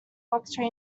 luxury